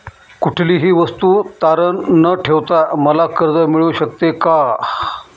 कुठलीही वस्तू तारण न ठेवता मला कर्ज मिळू शकते का?